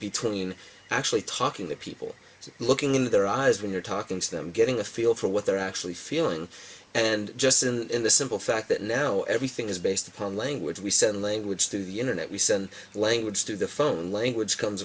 between actually talking to people looking in their eyes when you're talking to them getting a feel for what they're actually feeling and just in the simple fact that now everything is based upon language we send language through the internet we send language through the phone language comes